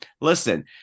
listen